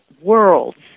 world's